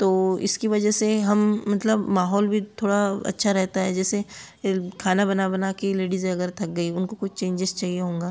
तो इसकी वजह से हम मतलब माहौल भी थोड़ा अच्छा रहता है जैसे खाना बना बना कर लेडिज़े अगर थक गई उनको कुछ चेंजेज़ चाहिए होगा